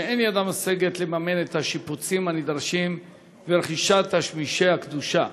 ואין ידם משגת לממן את השיפוצים הנדרשים ואת רכישת תשמישי הקדושה.